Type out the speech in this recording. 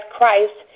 Christ